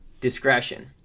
discretion